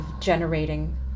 generating